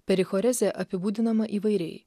perichorezė apibūdinama įvairiai